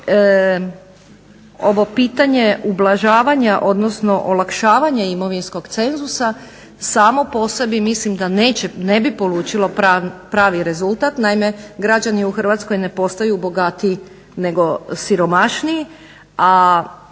ovo pitanje ublažavanja odnosno olakšavanja imovinskog cenzusa samo po sebi mislim da ne bi polučilo pravi rezultat. Naime, građani u Hrvatskoj ne postaju bogatiji nego siromašniji, a